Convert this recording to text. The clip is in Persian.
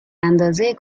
اندازه